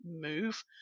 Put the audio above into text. move